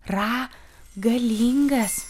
ra galingas